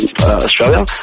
Australia